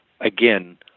again